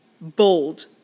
bold